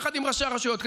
יחד עם ראשי הרשויות,